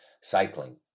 Cycling